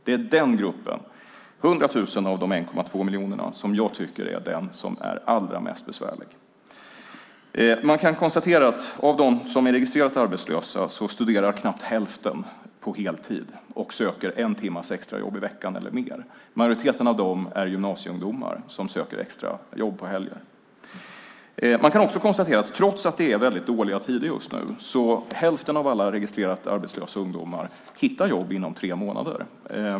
Det är den gruppen, 100 000 av de 1,2 miljonerna, som jag tycker är den som är allra mest besvärlig. Man kan konstatera att av dem som är registrerat arbetslösa studerar knappt hälften på heltid och söker en timmes extrajobb i veckan eller mer. Majoriteten av dem är gymnasieungdomar som söker extra jobb på helger. Man kan också konstatera att trots att det är dåliga tider just nu hittar hälften av alla registrerat arbetslösa ungdomar jobb inom tre månader.